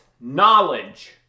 knowledge